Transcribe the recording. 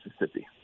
Mississippi